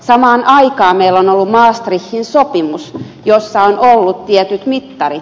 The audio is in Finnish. samaan aikaan meillä on ollut maastrichtin sopimus jossa on ollut tietyt mittarit